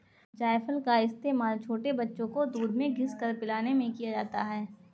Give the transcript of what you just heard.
जायफल का इस्तेमाल छोटे बच्चों को दूध में घिस कर पिलाने में किया जाता है